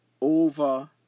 over